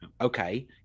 okay